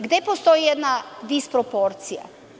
Gde postoji jedna disproporcija?